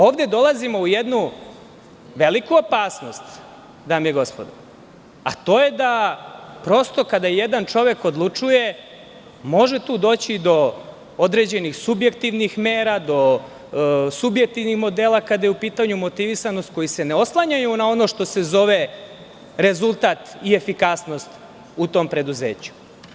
Ovde dolazimo u jednu veliku opasnost, dame i gospodo, a to je da prosto, kada jedan čovek odlučuje može tu doći do određenih subjektivnih mera, do subjektivnih modela, kada je u pitanju motivisanost koji se ne oslanjaju na ono što se zove rezultat i efikasnost u tom preduzeću.